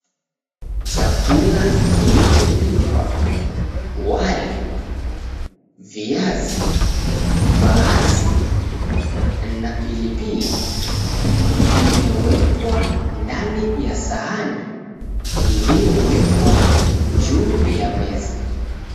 Chakula kilicho pikwa wali, viazi, mbaazi na pilipili kimewekwa ndani ya sahani iliyowekwa juu ya meza.